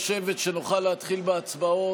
לשבת כדי שנוכל להתחיל בהצבעות.